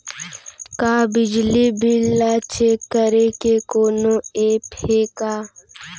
का बिजली बिल ल चेक करे के कोनो ऐप्प हे का?